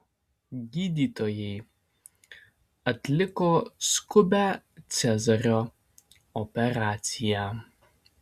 gydytojai atliko skubią cezario operaciją